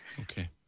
Okay